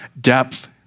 depth